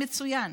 מצוין.